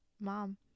mom